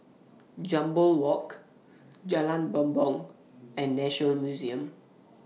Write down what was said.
Jambol Walk Jalan Bumbong and National Museum